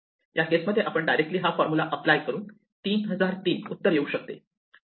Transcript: या केसमध्ये आपण डायरेक्टली हा फॉर्मुला अप्लाय करून 3003 उत्तर येऊ शकतो